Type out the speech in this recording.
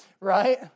Right